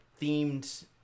themed